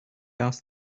asked